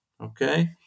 Okay